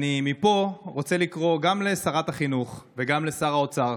מפה אני רוצה לקרוא גם לשרת החינוך וגם לשר האוצר,